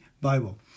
Bible